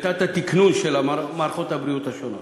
ותת-התקנון של מערכות הבריאות השונות.